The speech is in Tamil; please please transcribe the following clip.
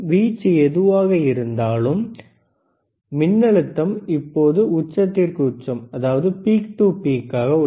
வீச்சு எதுவாக இருந்தாலும் மின்னழுத்தம் இப்போது உச்சத்திற்கு உச்சமாக உள்ளது